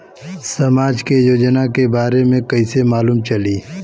समाज के योजना के बारे में कैसे मालूम चली?